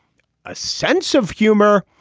a sense of humor.